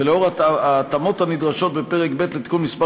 ולאור ההתאמות הנדרשות בפרק ב' לתיקון מס'